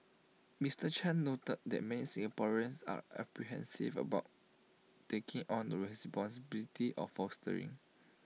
Mister chan noted that many Singaporeans are apprehensive about taking on the responsibility of fostering